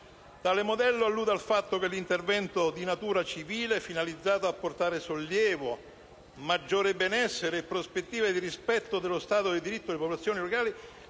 Tale modello allude al fatto che l'intervento di natura civile, finalizzato a portare sollievo, maggiore benessere e prospettive di rispetto dello Stato di diritto alle popolazioni locali,